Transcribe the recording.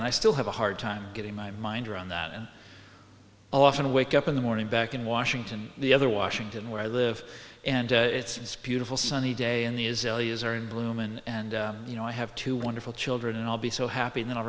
and i still have a hard time getting my mind around that and i often wake up in the morning back in washington the other washington where i live and it's beautiful sunny day in the israelis are in bloom and you know i have two wonderful children and i'll be so happy